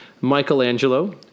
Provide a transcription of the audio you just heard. Michelangelo